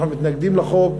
אנחנו מתנגדים לחוק,